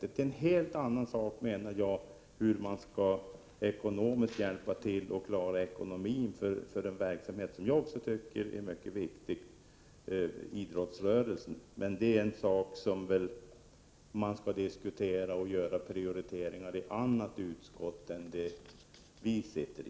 Det är en helt annan sak, menar jag, hur man skall hjälpa idrottsrörelsen att klara ekonomin för den verksamhet som även jag tycker är viktig. Men det är en sak som man får diskutera och där man får göra prioriteringarna i ett annat utskott än det vi sitter i.